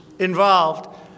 involved